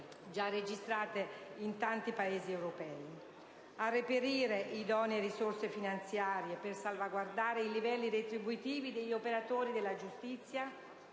già registrate in tanti Paesi europei. Chiediamo infine di reperire idonee risorse finanziarie per salvaguardare i livelli retributivi degli operatori della giustizia